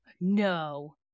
no